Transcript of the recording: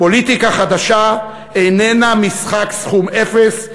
פוליטיקה חדשה איננה משחק סכום אפס,